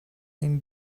این